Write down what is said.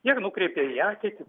jie nukreipia į ateitį